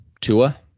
Tua